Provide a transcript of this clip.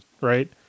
right